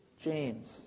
James